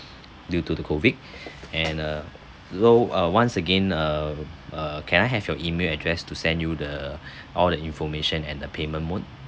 due to the COVID and a lo~ uh once again err err can I have your email address to send you the all the information and the payment mode